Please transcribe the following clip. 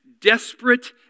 desperate